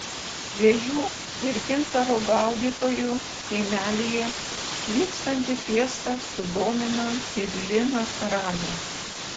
žvejų ir gintaro gaudytojų kaimelyje vykstanti fiesta sudomino ir liną karalių